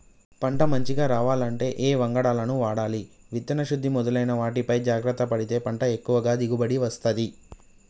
పంట మంచిగ రావాలంటే ఏ వంగడాలను వాడాలి విత్తన శుద్ధి మొదలైన వాటిపై జాగ్రత్త పడితే పంట ఎక్కువ దిగుబడి వస్తది